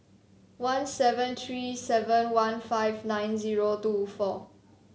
one seven three seven one five nine zero two four